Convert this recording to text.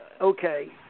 okay